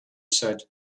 said